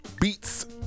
Beats